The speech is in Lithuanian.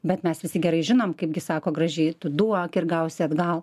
bet mes visi gerai žinome kaipgi sako gražiai tu duok ir gausi atgal